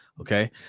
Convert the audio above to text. okay